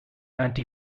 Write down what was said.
anti